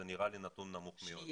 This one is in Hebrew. זה נראה לי נתון נמוך מאוד.